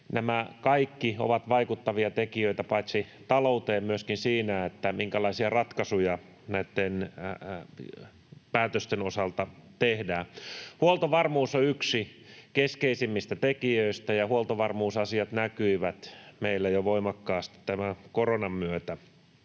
nämä kaikki ovat vaikuttavia tekijöitä paitsi talouteen myöskin siinä, minkälaisia ratkaisuja näitten päätösten osalta tehdään. Huoltovarmuus on yksi keskeisimmistä tekijöistä ja huoltovarmuusasiat näkyivät meillä jo voimakkaasti tämän koronan myötä.